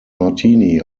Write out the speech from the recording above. martini